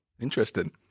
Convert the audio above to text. Interesting